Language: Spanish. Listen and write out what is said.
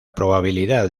probabilidad